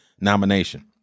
nomination